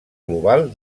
global